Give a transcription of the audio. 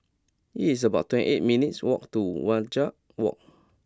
it's about twenty eight minutes' walk to Wajek Walk